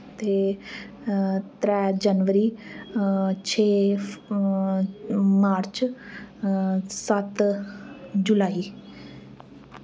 ते त्रै जनवरी छे मार्च सत्त जुलाई